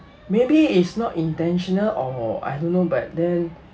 maybe it's not intentional or I don't know but then